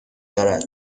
دارد